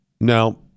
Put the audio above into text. Now